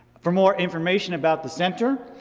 for more information about the center,